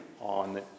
on